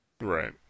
Right